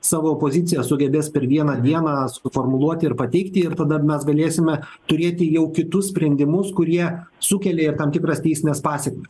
savo poziciją sugebės per vieną dieną suformuluoti ir pateikti ir tada mes galėsime turėti jau kitus sprendimus kurie sukelia ir tam tikras teisines pasekmes